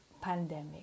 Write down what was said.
pandemic